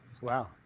Wow